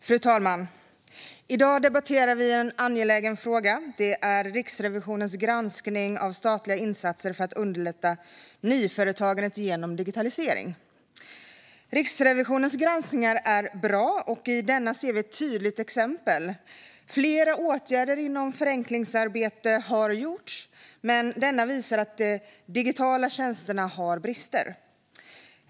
Fru talman! I dag debatterar vi en angelägen fråga. Det är Riksrevisionens granskning av statliga insatser för att underlätta nyföretagande genom digitalisering. Riksrevisionens granskningar är bra, och denna granskning är ett tydligt exempel. Flera åtgärder inom förenklingsarbetet har gjorts. Men granskningen visar att de digitala tjänsterna har brister.